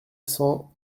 cent